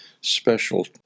special